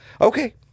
okay